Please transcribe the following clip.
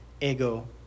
Ego